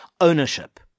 Ownership